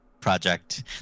project